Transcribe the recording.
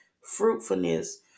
fruitfulness